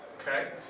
Okay